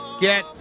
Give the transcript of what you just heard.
get